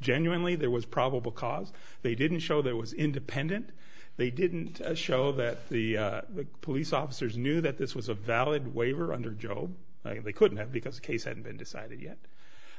genuinely there was probable cause they didn't show there was independent they didn't show that the police officers knew that this was a valid waiver under joe they couldn't have because the case had been decided yet